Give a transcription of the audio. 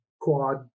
quad